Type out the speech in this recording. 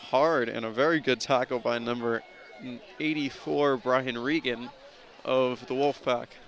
hard in a very good taco by number eighty four brian regan of the wolf